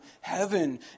heaven